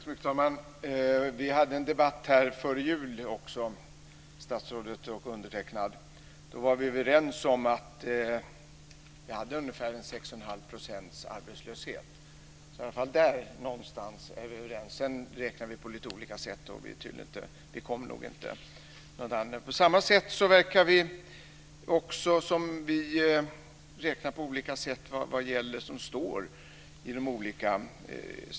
Herr talman! Statsrådet och jag hade en debatt före jul också, och då var vi överens om att vi hade ungefär 61⁄2 % arbetslöshet. Där någonstans är vi överens. Sedan räknar vi på olika sätt, och vi kommer nog inte längre. Det verkar också som om vi räknar på olika sätt vad gäller det som står i de olika handlingarna.